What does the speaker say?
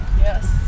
Yes